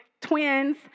twins